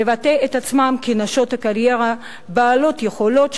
לבטא את עצמן כנשות קריירה בעלות יכולות,